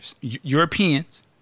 Europeans